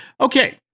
Okay